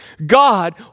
God